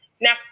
Now